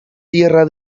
tierra